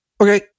Okay